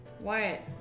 Wyatt